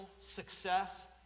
success